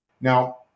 Now